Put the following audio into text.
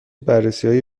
بررسیهای